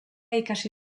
ikasi